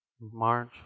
March